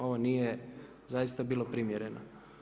Ovo nije zaista bilo primjereno.